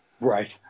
Right